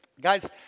guys